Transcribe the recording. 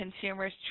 consumer's